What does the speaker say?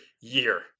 year